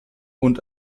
und